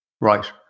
right